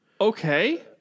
Okay